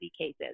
cases